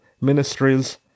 ministries